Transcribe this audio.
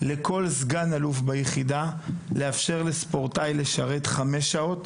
לכל סגן אלוף ביחידה לאשר לספורטאי לשרת חמש שעות.